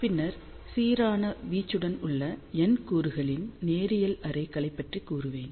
பின்னர் சீரான வீச்சுடன் உள்ள N கூறுகளின் நேரியல் அரேகளைப் பற்றி கூறுவேன்